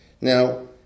Now